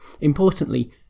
Importantly